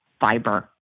fiber